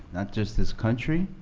not just this country,